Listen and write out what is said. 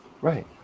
Right